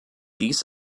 dies